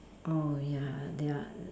oh ya they are